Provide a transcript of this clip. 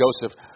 Joseph